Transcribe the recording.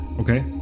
Okay